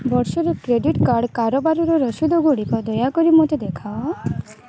ବର୍ଷରେ credit card କାରବାରର ରସିଦ ଗୁଡ଼ିକ ଦୟାକରି ମୋତେ ଦେଖାଅ